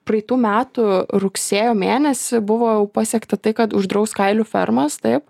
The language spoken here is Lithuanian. praitų metų rugsėjo mėnesį buvo pasiekta tai kad uždraus kailių fermas taip